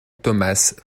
thomas